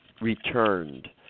returned